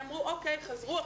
הם אמרו אוקיי, הם חזרו.